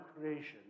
creation